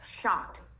shocked